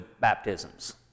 baptisms